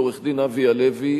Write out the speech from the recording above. עורך-דין אבי הלוי,